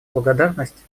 благодарность